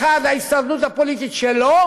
1. ההישרדות הפוליטית שלו,